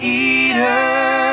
eater